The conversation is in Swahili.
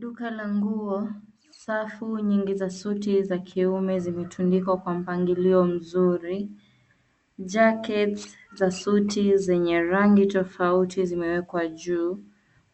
Duka la nguo, safu nyingi za suti za kiume zimetundikwa kwa mpangilio mzuri. Jackets za suti zenye rangi tofauti zimewekwa juu